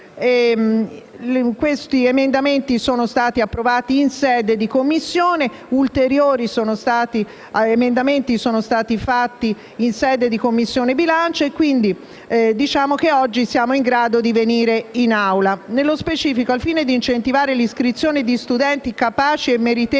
Questi emendamenti sono stati approvati in sede di Commissione e ulteriori emendamenti sono stati presentati in sede di Commissione bilancio; quindi diciamo che oggi siamo in grado di esaminarlo in Aula. Nello specifico, al fine di incentivare l'iscrizione di studenti capaci e meritevoli